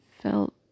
felt